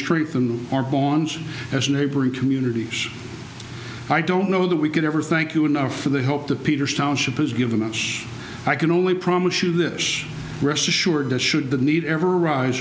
strengthened our bonds as neighboring communities i don't know that we could ever thank you enough for the hope that peters township has given much i can only promise you this rest assured that should the need ever arise